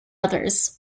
others